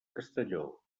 castelló